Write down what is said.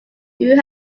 who